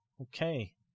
Okay